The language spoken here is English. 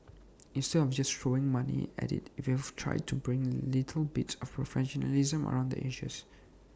instead of just throwing money at IT we've tried to bring little bits of professionalism around the edges